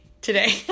today